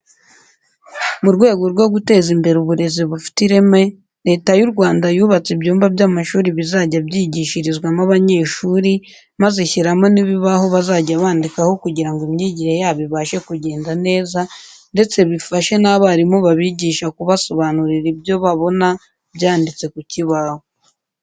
Mu rwego rwo guteza imbere uburezi bufite ireme Leta y'u Rwanda yubatse ibyumba by'amashuri bizajya byigishirizwamo abanyeshuri, maze ishyiramo n'ibibaho bazajya bandikaho kugira ngo imyigire yabo ibashe kugenda neza ndetse bifashe n'abarimu babigisha kubasobanurira ibyo babona byanditse ku kibaho.